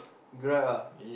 Grab ah